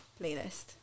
Playlist